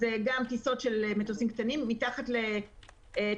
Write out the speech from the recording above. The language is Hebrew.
גם טיסות של מטוסים קטנים - מתחת לתשעה